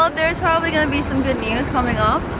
um there's probably gonna be some good news coming up.